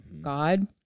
God